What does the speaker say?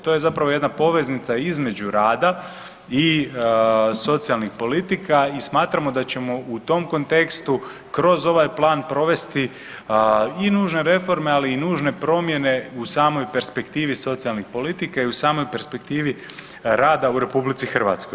To je zapravo jedna poveznica između rada i socijalnih politika i smatramo da ćemo u tom kontekstu kroz ovaj plan provesti i nužne reforme, ali i nužne promjene u samoj perspektivi socijalne politike i u samoj perspektivi rada u RH.